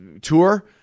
tour